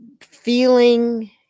feeling